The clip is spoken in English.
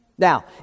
Now